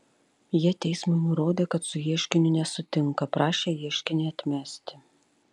jie teismui nurodė kad su ieškiniu nesutinka prašė ieškinį atmesti